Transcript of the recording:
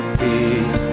peace